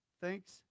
Thanks